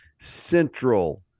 Central